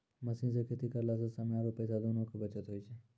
machine सॅ खेती करला स समय आरो पैसा दोनों के बचत होय छै